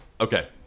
Okay